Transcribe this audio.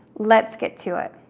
let's get to it.